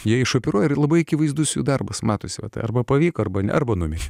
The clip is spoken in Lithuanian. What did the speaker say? jie išoperuoja labai akivaizdus jų darbas matosi vata arba pavyko arba ne arba numirė